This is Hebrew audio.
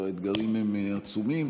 והאתגרים הם עצומים.